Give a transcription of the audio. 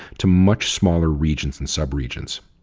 to much smaller regions and subregions.